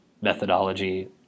methodology